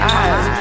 eyes